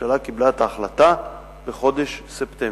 הממשלה קיבלה את ההחלטה בחודש ספטמבר.